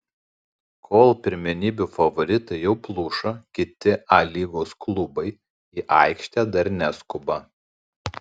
kol pirmenybių favoritai jau pluša kiti a lygos klubai į aikštę dar neskuba